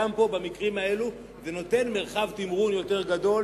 גם במקרים האלה זה נותן מרחב תמרון יותר גדול